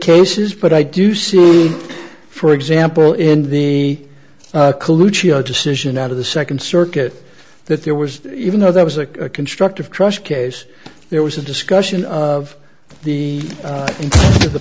cases put i do see for example in the decision out of the second circuit that there was even though there was a constructive trust case there was a discussion of the